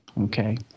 okay